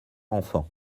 enfant